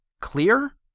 clear